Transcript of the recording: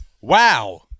Wow